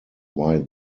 why